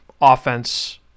offense